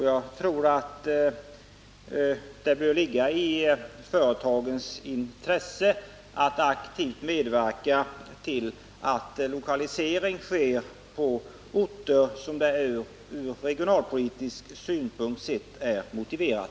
Jag tror det ligger i företagens intresse att aktivt medverka till lokalisering på orter där detta ur regionalpolitisk synpunkt sett är motiverat.